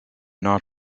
not